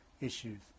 issues